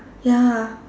ya